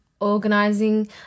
organizing